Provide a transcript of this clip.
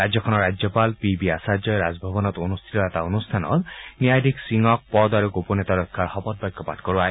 ৰাজ্যখনৰ ৰাজ্যপাল P B আচাৰ্যই ৰাজভৱনত অনুষ্ঠিত এটা অনুষ্ঠানত ন্যায়াধীশ সিঙক পদ আৰু গোপনীয়তাৰ শপত বাক্য পাঠ কৰোৱায়